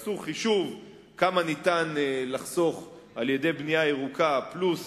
עשו חישוב כמה ניתן לחסוך על-ידי בנייה ירוקה פלוס